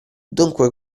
dunque